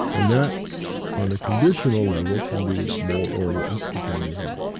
and that on a conditional level can be more or less depending on.